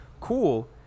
cool